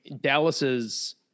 dallas's